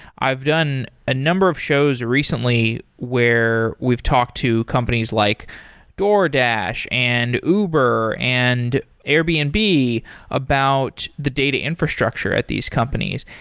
i've done a number of shows recently where we've talked to companies like doordash, and uber, and airbnb about the data infrastructure at these companies,